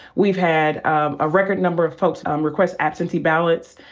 we've had a record number of folks um request absentee ballots,